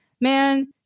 man